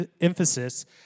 emphasis